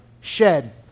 shed